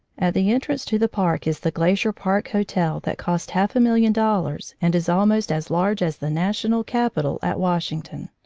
at the entrance to the park is the glacier park hotel that cost half a million dollars and is almost as large as the national cap itol at washington.